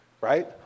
right